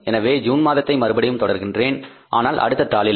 எனவே நான் ஜூன் மாதத்தை மறுபடியும் தொடர்கின்றேன் ஆனால் அடுத்த தாளில்